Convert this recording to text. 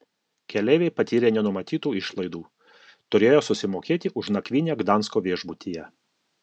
keleiviai patyrė nenumatytų išlaidų turėjo susimokėti už nakvynę gdansko viešbutyje